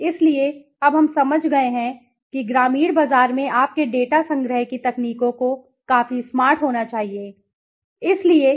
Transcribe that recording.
इसलिए अब हम समझ गए हैं कि ग्रामीण बाजार में आपके डेटा संग्रह की तकनीकों को काफी स्मार्ट होना चाहिए मैं किसी अन्य शब्द का उपयोग नहीं करूंगा क्योंकि मैं स्मार्ट कहूंगा